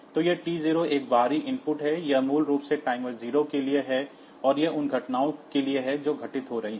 तो T0 एक बाहरी इनपुट है यह मूल रूप से टाइमर 0 के लिए है और यह उन घटनाओं के लिए है जो घटित हो रही हैं